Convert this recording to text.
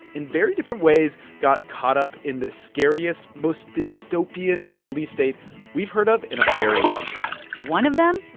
in very different ways, got caught up in the scariest, most dystopian police state we've heard of in a very long time one of them,